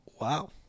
Wow